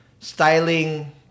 styling